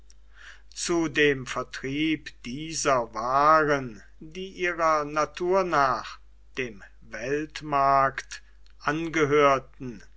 zu dem vertrieb dieser waren die ihrer natur nach dem weltmarkt angehörten